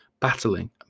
battling